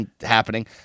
happening